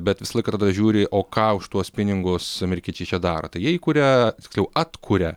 bet visą laiką tada žiūri o ką už tuos pinigus amerikiečiai čia daro tai jie įkuria tiksliau atkuria